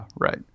right